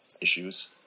issues